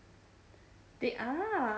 they are